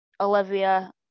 Olivia